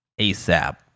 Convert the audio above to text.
ASAP